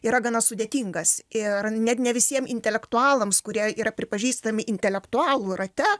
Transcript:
yra gana sudėtingas ir net ne visiem intelektualams kurie yra pripažįstami intelektualų rate